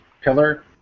pillar